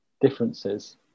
differences